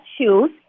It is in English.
shoes